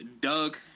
Doug